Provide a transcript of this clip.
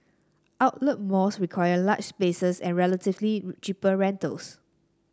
outlet malls require large spaces and relatively cheaper rentals